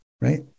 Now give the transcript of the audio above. right